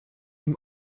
ihm